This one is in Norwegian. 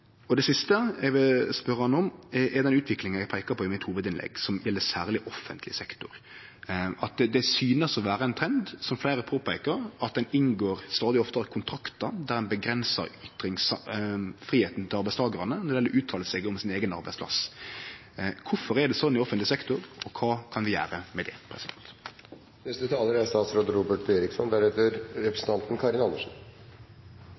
Det siste eg vil spørje han om, er den utviklinga eg peika på i hovudinnlegget mitt, som særleg gjeld offentleg sektor. Det synest å vere ein trend, som fleire har påpeika, at ein stadig oftare inngår kontraktar der ein avgrensar ytringsfridomen til arbeidstakarane når det gjeld å uttale seg om sin eigen arbeidsplass. Kvifor er det slik i offentleg sektor, og kva kan vi gjere med det? Jeg er